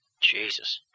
Jesus